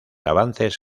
avances